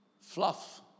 fluff